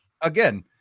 again